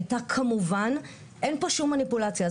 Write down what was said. הייתה כמובן - אין פה שום מניפולציה.